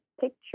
picture